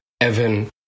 Evan